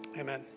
amen